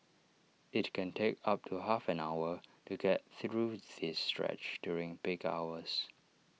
IT can take up to half an hour to get through the stretch during peak hours